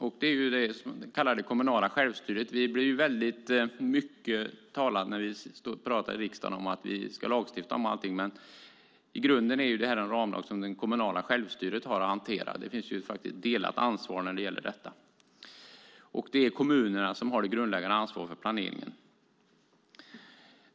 Det gäller det så kallade kommunala självstyret. Man pratar ofta om att vi i riksdagen ska lagstifta om allt, men i grunden är det här en ramlag som det kommunala självstyret har att hantera. Det finns ett delat ansvar i dessa frågor, och det är kommunerna som har det grundläggande ansvaret för planeringen.